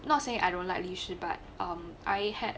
not say I don't like 历史 but um I had